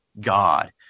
God